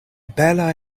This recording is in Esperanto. bela